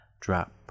drop